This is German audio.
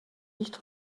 nicht